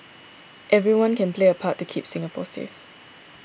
everyone can play a part to keep Singapore safe